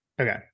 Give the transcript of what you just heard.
okay